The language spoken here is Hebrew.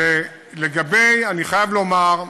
אני חייב לומר,